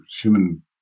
human